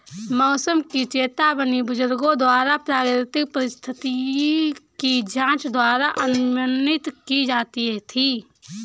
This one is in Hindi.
मौसम की चेतावनी बुजुर्गों द्वारा प्राकृतिक परिस्थिति की जांच द्वारा अनुमानित की जाती थी